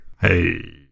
hey